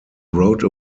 wrote